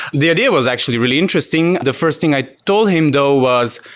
the idea was actually really interesting. the first thing i told him though was,